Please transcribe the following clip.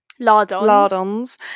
lardons